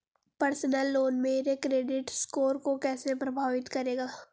Personal loan मेरे credit score को कैसे प्रभावित करेगा?